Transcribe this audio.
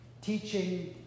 teaching